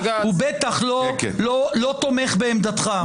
הוא בטח לא תומך בעמדתך.